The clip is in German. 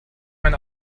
mein